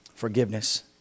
forgiveness